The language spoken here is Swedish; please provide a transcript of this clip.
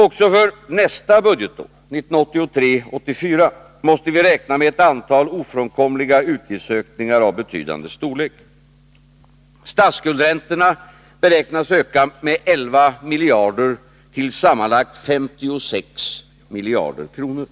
Också för nästa budgetår, 1983/84, måste vi räkna med ett antal ofrånkomliga utgiftsökningar av betydande storlek. Statsskuldsräntorna beräknas öka med 11 miljarder till sammanlagt 56 miljarder kronor.